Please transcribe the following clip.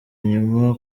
inyuma